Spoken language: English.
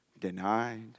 denied